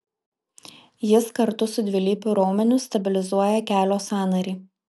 jis kartu su dvilypiu raumeniu stabilizuoja kelio sąnarį